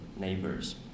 neighbors